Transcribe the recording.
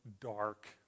dark